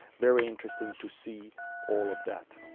very interesting to see all of that.